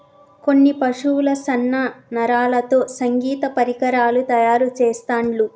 కొన్ని పశువుల సన్న నరాలతో సంగీత పరికరాలు తయారు చెస్తాండ్లు